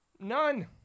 None